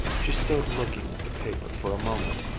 she stood looking at the paper for a moment,